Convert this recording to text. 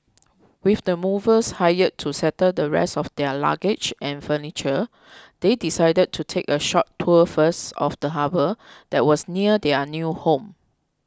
with the movers hired to settle the rest of their luggage and furniture they decided to take a short tour first of the harbour that was near their new home